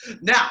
Now